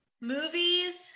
Movies